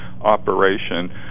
operation